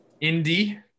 Indy